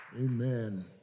Amen